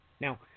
Now